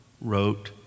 wrote